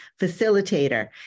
facilitator